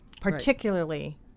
particularly